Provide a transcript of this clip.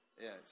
Yes